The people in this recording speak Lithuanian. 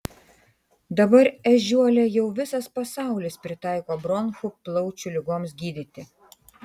dabar ežiuolę jau visas pasaulis pritaiko bronchų plaučių ligoms gydyti